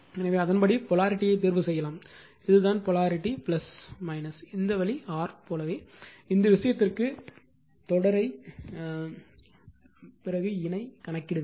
எனவே அதன்படி போலாரிட்டியைத் தேர்வு செய்யலாம் இது இதுதான் இது போலாரிட்டி இது இந்த வழி R போலவே இந்த விஷயத்திற்கு தொடரை இணை கணக்கிடுங்கள்